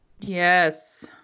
Yes